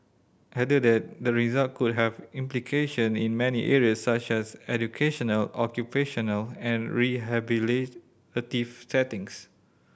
the results could have implication in many areas such as educational occupational and rehabilitative settings